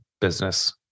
Business